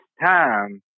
time